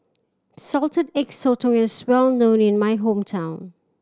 Salted Egg Sotong is well known in my hometown